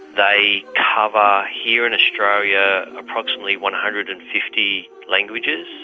they cover here in australia approximately one hundred and fifty languages.